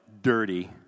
dirty